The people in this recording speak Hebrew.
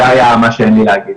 זה היה מה שאין לי להגיד.